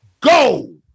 Go